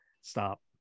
stop